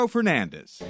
Fernandez